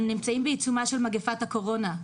אנו נמצאים בעיצומה של מגפת הקורונה,